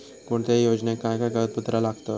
कोणत्याही योजनेक काय काय कागदपत्र लागतत?